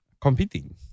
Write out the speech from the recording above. competing